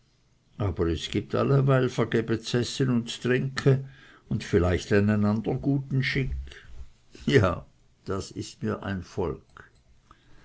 aber es gibt alleweil vergebe z'esse und z'trinke und vielleicht einen andern guten schick ja das ist mir es volk